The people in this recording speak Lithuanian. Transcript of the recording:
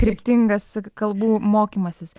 kryptingas kalbų mokymasis